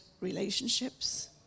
relationships